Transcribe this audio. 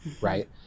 right